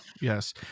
Yes